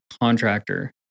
contractor